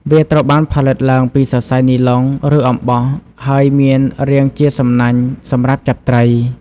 វាត្រូវបានផលិតឡើងពីសរសៃនីឡុង ឬអំបោះ ហើយមានរាងជាសំណាញ់សម្រាប់ចាប់ត្រី។